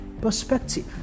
perspective